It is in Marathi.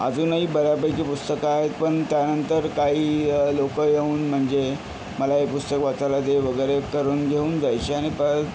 अजूनही बऱ्यापैकी पुस्तकं आहेत पण त्यानंतर काही लोक येऊन म्हणजे मला हे पुस्तक वाचायला दे वगैरे करून घेऊन जायचे आणि परत